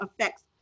affects